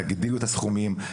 תגדילו את הסכומים,